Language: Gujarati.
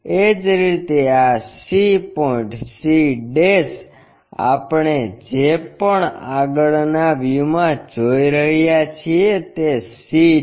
એ જ રીતે આ c પોઇન્ટ c આપણે જે પણ આગળનાં વ્યૂમાં જોઈ રહ્યા છીએ તે c છે